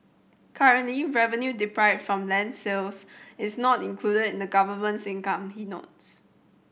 currently revenue deprive from land sales is not included in the government's income he notes